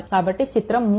కాబట్టి చిత్రం 3